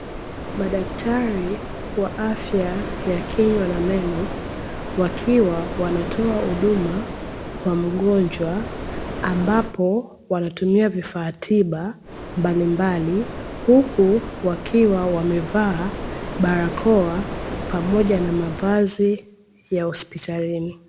Madaktari wa afya ya kinywa na meno, wakiwa wanatoa huduma kwa mgonjwa ambapo, wanatumia vifaa tiba mbalimbali. Huku wakiwa wamevaa barakoa pamoja na mavazi ya hospitalini.